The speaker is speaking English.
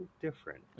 different